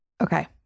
Okay